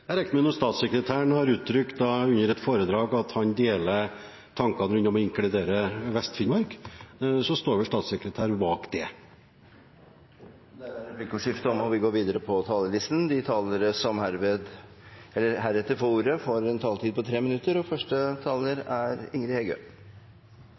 Jeg regner med at når statssekretæren har uttrykt under et foredrag at han deler tankene om å inkludere Vest-Finnmark, så står vel statssekretæren bak det. Dermed er replikkordskiftet omme. De talere som heretter får ordet, har en taletid på inntil 3 minutter. Komiteen har hatt ein lang dag, og